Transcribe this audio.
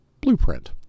blueprint